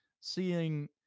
seeing –